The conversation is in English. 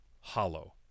hollow